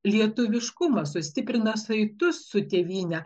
lietuviškumą sustiprina saitus su tėvyne